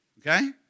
Okay